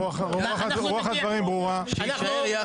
רוח הדברים ברורה.